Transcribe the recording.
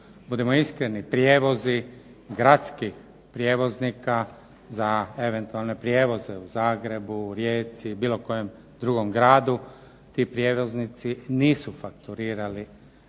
Budimo iskreni, prijevozi gradskih prijevoznika za eventualne prijevoze u Zagrebu, Rijeci, bilo kojem drugom gradu ti prijevoznici nisu fakturirali